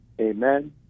Amen